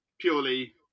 Purely